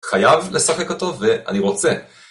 חייב לספק אותו, ואני רוצה.